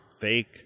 fake